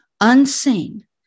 unseen